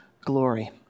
glory